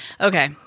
okay